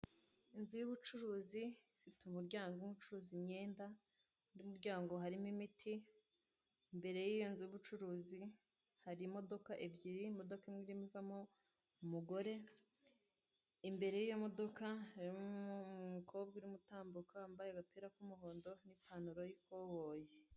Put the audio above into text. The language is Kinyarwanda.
Inzu y'ubucuruzi ifite umuryango uri gucuruza imyenda undi muryango harimo imiti. Imbere y'iyo nzu y'ubucuruzi hari imodoka ebyiri imodoka imwe irimo ivamo umugore, imbere y'iyo modoka harimo umukobwa urimo utambuka wambaye agapira k'umuhondo n'ipantaro y'ikoboyi.